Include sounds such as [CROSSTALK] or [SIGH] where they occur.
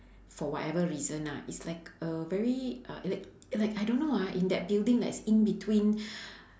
for whatever reason lah is like a very a is like is like I don't know ah in that building like is in between [BREATH]